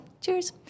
cheers